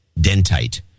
dentite